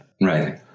Right